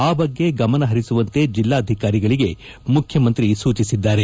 ಆ ಬಗ್ಗೆ ಗಮನಹರಿಸುವಂತೆ ಜಿಲ್ಲಾಧಿಕಾರಿಗಳಿಗೆ ಮುಖ್ಯಮಂತ್ರಿ ಸೂಚಿಸಿದ್ದಾರೆ